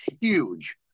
huge